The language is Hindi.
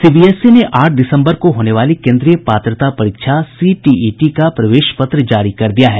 सीबीएसई ने आठ दिसम्बर को होने वाली केन्द्रीय पात्रता परीक्षा सीटीईटी का प्रवेश पत्र जारी कर दिया है